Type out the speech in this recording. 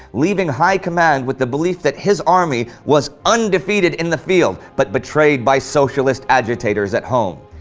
leaving high command with the belief that his army was undefeated in the field, but betrayed by socialist agitators at home.